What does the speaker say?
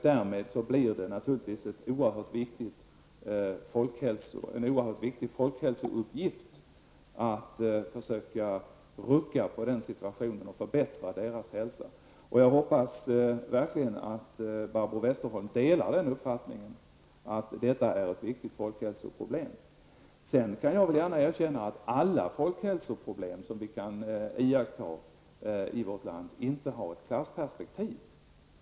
Därmed blir det en oerhört viktig folkhälsouppgift att försöka rucka på den situationen och förbättra deras hälsa. Jag hoppas verkligen att Barbro Westerholm delar uppfattningen att detta är ett viktigt folkhälsoproblem. Jag kan villigt erkänna att inte alla folkhälsoproblem i vårt land har ett klassperspektiv.